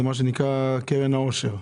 מה שנקרא קרן העושר,